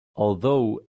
although